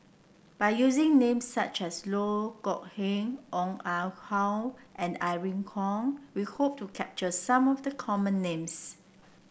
by using names such as Loh Kok Heng Ong Ah Hoi and Irene Khong we hope to capture some of the common names